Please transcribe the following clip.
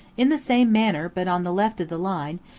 in the same manner, but on the left of the line,